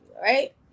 right